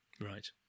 Right